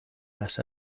las